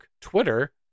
Twitter